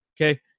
Okay